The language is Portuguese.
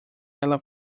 ela